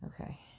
Okay